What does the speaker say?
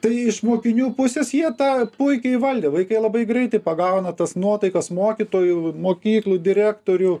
tai iš mokinių pusės jie tą puikiai įvaldė vaikai labai greitai pagauna tas nuotaikas mokytojų mokyklų direktorių